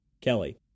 Kelly